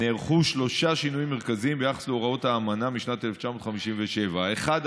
נערכו שלושה שינויים מרכזיים ביחס להוראות האמנה משנת 1957: האחד,